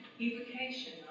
evocation